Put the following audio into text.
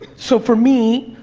so, for me,